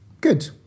Good